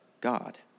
God